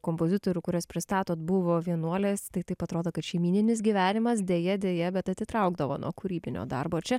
kompozitorių kuriuos pristatot buvo vienuolės tai taip atrodo kad šeimyninis gyvenimas deja deja bet atitraukdavo nuo kūrybinio darbo čia